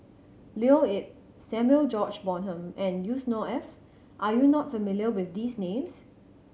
Leo Yip Samuel George Bonham and Yusnor Ef are you not familiar with these names